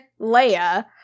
Leia